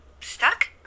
stuck